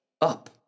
up